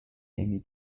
amy